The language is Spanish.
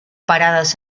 paradas